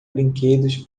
brinquedos